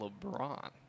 LeBron